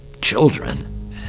children